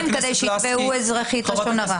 כדי שיתבעו תביעה אזרחית של לשון הרע.